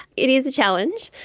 it is a challenge.